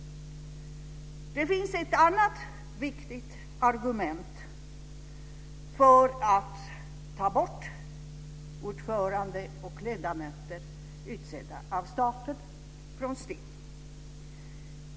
Det finns ett annat viktigt argument för att ta bort ordförande och ledamöter utsedda av staten från STIM.